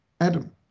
Adam